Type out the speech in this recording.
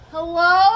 Hello